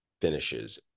finishes